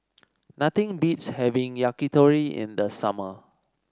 nothing beats having Yakitori in the summer